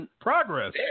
progress